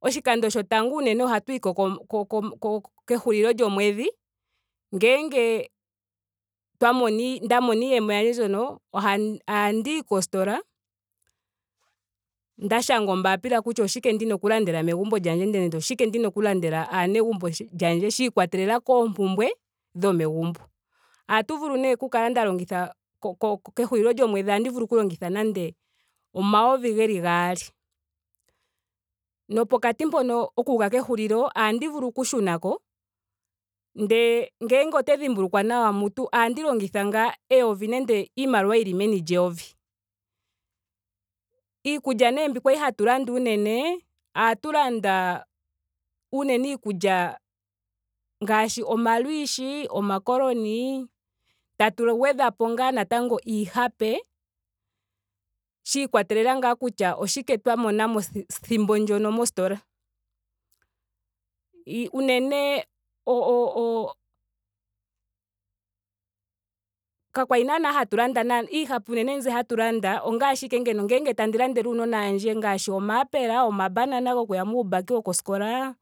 Oshikando shotango unene ohatu yiko ko- ko- ko- kehulilo lyomwedhi ngele twa mona. nda mona iiyemo yandje mbyono. ohatu ohandiyi kostola. nda shanga ombaapila kutya oshike ndina oku landela megumbo lyandje nenge oshike ndina oku landela aanegumbo shi- lyandje shiikwatelela koompumbwe dhomegumbo. Ohatu vulu nee oku kala nda longitha ko- kehulilo lyomwedhi ohandi vulu oku longitha nande omayovi geli gaali. Nopokati mpono okuuka kehulilo ohandi vulu okushuna ko. ndele ngele ote dhimbulukwa nawa mutu ohandi longitha ngaa eyovi nenge iimaliwa yili meni lyeyovi. Iikulya nee mbi kwali hatu landa unene. ohatu landa uunene iikulya ngaashi omalwishi. o macaroni. tatu gwedhapo ngaa natango iihape. shiikwatelela ngaa kutya oshike twa mona mo siku thimbo ndyono mostola. Ii- unene o- o- o- kwa kwali naa hatu landa naana. iihape unene mbi hatu landa ongaashi ashike ngeno ngeenge tandi landele uunona wandje ngaashi omayapela. oma banana gokuya muumbaki wokuya koskola